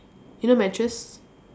you know mattress